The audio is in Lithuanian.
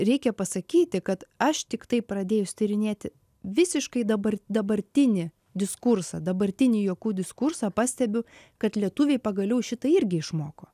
reikia pasakyti kad aš tiktai pradėjus tyrinėti visiškai dabar dabartinį diskursą dabartinį juokų diskursą pastebiu kad lietuviai pagaliau šitai irgi išmoko